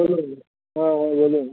বলুন হ্যাঁ হ্যাঁ বলুন